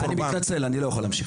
אני מתנצל, אני לא יכול להמשיך.